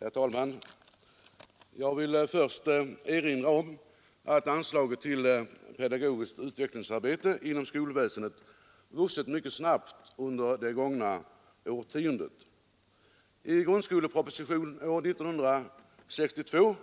Herr talman! Jag vill först erinra om att anslaget till pedagogiskt utvecklingsarbete inom skolväsendet vuxit mycket snabbt under det gångna årtiondet. I grundskolepropositionen år 1962